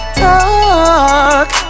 talk